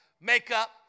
makeup